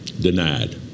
Denied